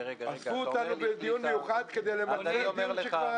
אספו אותנו לדיון מיוחד כדי לאשר דיון שכבר היה.